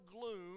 gloom